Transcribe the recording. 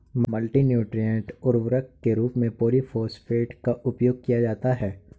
multi nutrient उर्वरक के रूप में पॉलिफॉस्फेट का उपयोग किया जाता है